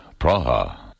Praha